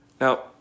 Now